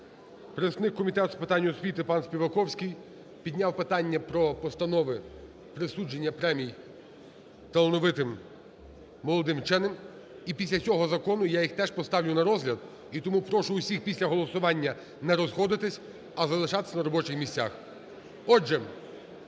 представник Комітету з питань освіти пан Співаковський підняв питання про постанови присудження премій талановитим молодим вченим, і після цього закону я їх теж поставлю на розгляд. І тому прошу усіх після голосування не розходитися, а залишатися на робочих місцях.